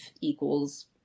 equals